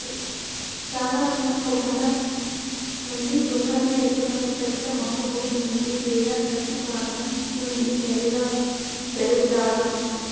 చాలా చిన్న కొమ్మల నుండి గుండ్రంగా ఏర్పడిన ఒక పెద్ద మొక్క భూమి నుండి లేదా గట్టి కాండం నుండి నేరుగా పెరుగుతాది